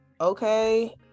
Okay